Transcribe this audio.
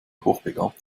hochbegabt